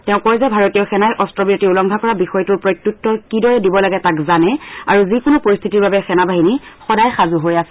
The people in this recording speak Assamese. তেওঁ কয় যে ভাৰতীয় সেনাই অস্ত্ৰবিৰতি উলংঘা কৰাৰ বিষয়টোৰ প্ৰত্যুত্তৰ কিদৰে দিব লাগে তাক জানে আৰু যিকোনো পৰিস্থিতিৰ বাবে সেনাবাহিনী সদায় সাজু হৈ আছে